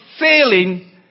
failing